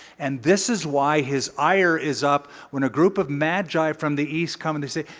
and this is why his ire is up when a group of magi from the east come in they say,